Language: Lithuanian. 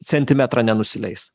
centimetrą nenusileis